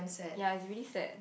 yea it's really sad